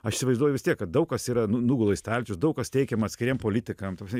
aš įsivaizduoju vis tiek kad daug kas yra nu nugula į stalčių ir daug kas teikiama atskiriem politikam ta prasme